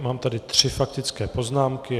Mám tady tři faktické poznámky.